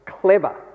clever